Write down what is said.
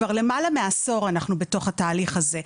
כבר למעלה מעשור אנחנו בתוך התהליך הזה.